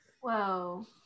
Whoa